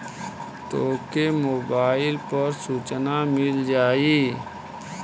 तोके मोबाइल पर सूचना मिल जाई